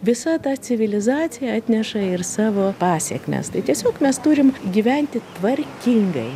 visa ta civilizacija atneša ir savo pasekmes tai tiesiog mes turim gyventi tvarkingai